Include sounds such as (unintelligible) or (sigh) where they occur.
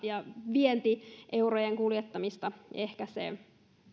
(unintelligible) ja vientieurojen kuljettamista ehkäisevät